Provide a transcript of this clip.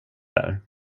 där